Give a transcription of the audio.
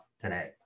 today